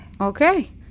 Okay